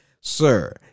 Sir